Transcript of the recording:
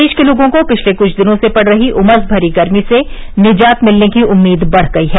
प्रदेश के लोगों को पिछले कुछ दिनों से पड़ रही उमस भरी गर्मी से निजात मिलने की उम्मीद बढ़ गयी है